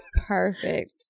Perfect